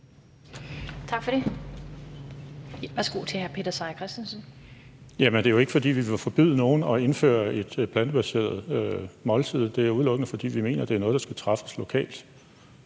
tak for det.